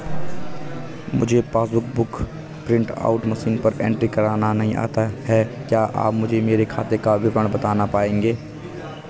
मुझे passbook book print out machine पर entry करना नहीं आता है क्या आप मुझे मेरे खाते का विवरण बताना पाएंगे?